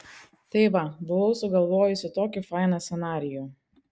tai va buvau sugalvojusi tokį fainą scenarijų